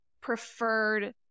preferred